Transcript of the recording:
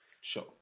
Sure